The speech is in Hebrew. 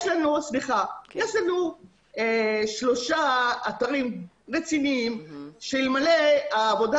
יש לנו שלושה אתרים רציניים שאלמלא העבודה